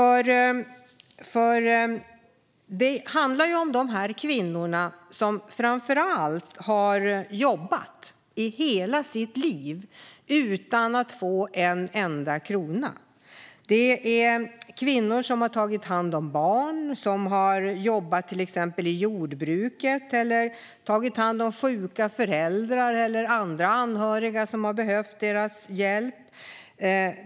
Det handlar framför allt om de kvinnor som har jobbat i hela sitt liv utan att få en enda krona. Det är kvinnor som har tagit hand om barn, jobbat i till exempel jordbruket eller tagit hand om sjuka föräldrar eller andra anhöriga som har behövt deras hjälp.